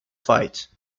fight